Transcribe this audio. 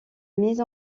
mise